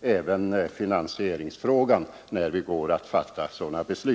även på finansieringsfrågan när vi går att fatta sådana beslut.